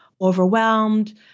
overwhelmed